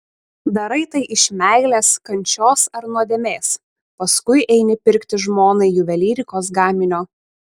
darai tai iš meilės kančios ar nuodėmės paskui eini pirkti žmonai juvelyrikos gaminio